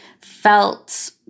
felt